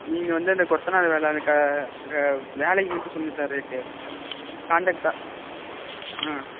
நீங்கள் வந்து அந்த கொத்தனார் வேலை அந்த வேலைக்கு மட்டும் சொல்லுங்க சார் ரேட்டு காண்ட்ரேக்ட்டாக ஆ